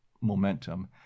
momentum